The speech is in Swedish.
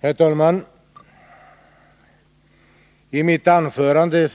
Herr talman! I mitt anförande